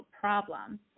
problem